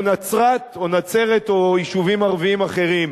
או נצְרת או נצֵרת או יישובים ערביים אחרים.